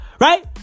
right